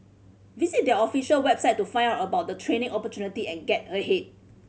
visit their official website to find out about the training opportunity and get ahead